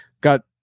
got